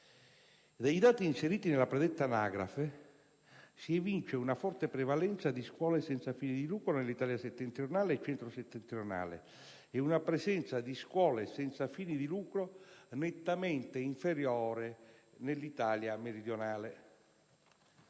Dai dati inseriti nella predetta anagrafe si evince una forte prevalenza di scuole senza fini di lucro nell'Italia settentrionale e centro-settentrionale e una presenza di scuole senza fini di lucro nettamente inferiore nell'Italia meridionale.